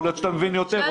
יכול להיות שאתה מבין יותר,